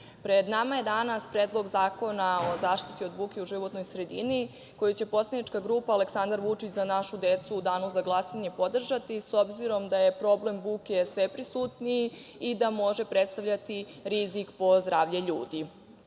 pred nama je danas Predlog zakona o zaštiti od buke u životnoj sredini, koji će poslanička grupa Aleksandar Vučić - za našu decu, u danu za glasanje podržati, s obzirom da je problem buke sve prisutniji i da može predstavljati rizik po zdravlje